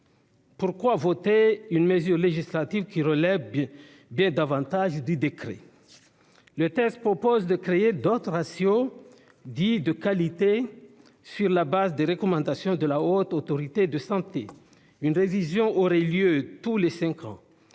dans la loi une mesure qui relève bien davantage du décret ? Le texte propose de créer d'autres ratios, dits « de qualité », sur la base des recommandations de la Haute Autorité de santé. Une révision aurait lieu tous les cinq ans.